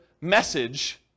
message